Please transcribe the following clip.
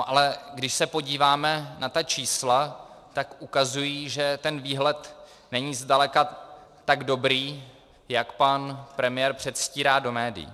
Ale když se podíváme na ta čísla, tak ukazují, že ten výhled není zdaleka tak dobrý, jak pan premiér předstírá do médií.